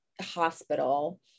hospital